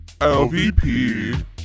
LVP